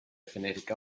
phonetic